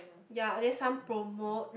ya and then some promote